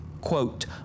quote